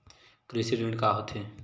कृषि ऋण का होथे?